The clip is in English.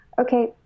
okay